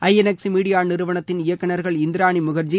ஐ N X media நிறுவனத்தின் இயக்குநர்கள் இந்திராணி முகர்ஜி